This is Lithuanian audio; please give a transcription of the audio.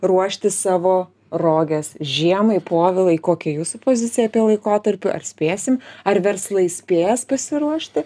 ruošti savo roges žiemai povilai kokia jūsų pozicija apie laikotarpiu ar spėsim ar verslai spės pasiruošti